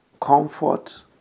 comfort